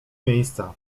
miejsca